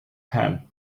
ham